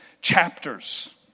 chapters